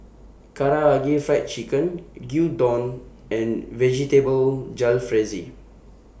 Karaage Fried Chicken Gyudon and Vegetable Jalfrezi